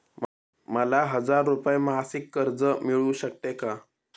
मला हजार रुपये मासिक कर्ज मिळू शकते का?